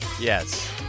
Yes